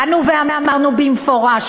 באנו ואמרנו במפורש,